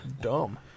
dumb